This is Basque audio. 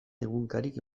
egunkarik